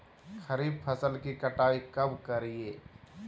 खरीफ फसल की कटाई कब करिये?